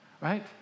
Right